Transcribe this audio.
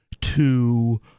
to-